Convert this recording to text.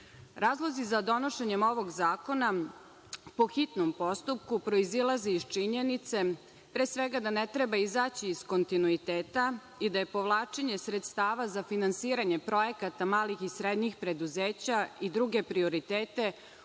Razlozi za donošenje ovog zakona po hitnom postupku proizilaze iz činjenice, pre svega da ne treba izaći iz kontinuiteta i da je povlačenje sredstava za finansiranje projekata malih i srednjih preduzeća i druge prioritete uslovljeno